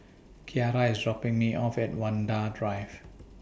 Kyara IS dropping Me off At Vanda Drive